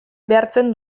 behartzen